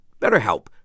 BetterHelp